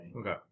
Okay